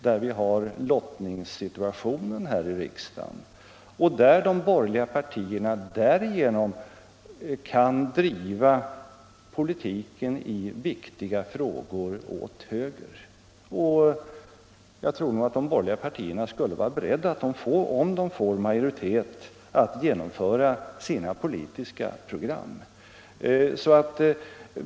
Genom lottningssituationen här i riksdagen kan de borgerliga partierna driva politiken i viktiga frågor åt höger. Jag tror att de borgerliga partierna, om de fick majoritet, skulle vara beredda att genomföra sina politiska program.